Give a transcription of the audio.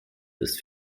ist